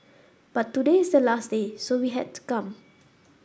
but today is the last day so we had to come